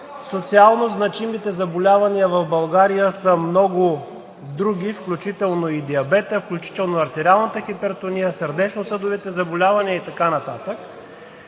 социалнозначимите заболявания в България са много други, включително и диабетът, включително артериалната хипертония, сърдечно-съдовите заболявания и така нататък.